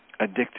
addictive